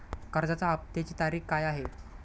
कर्जाचा हफ्त्याची तारीख काय आहे?